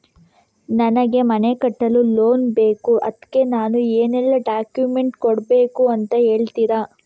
ನನಗೆ ಮನೆ ಕಟ್ಟಲು ಲೋನ್ ಬೇಕು ಅದ್ಕೆ ನಾನು ಏನೆಲ್ಲ ಡಾಕ್ಯುಮೆಂಟ್ ಕೊಡ್ಬೇಕು ಅಂತ ಹೇಳ್ತೀರಾ?